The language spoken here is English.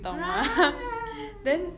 !huh!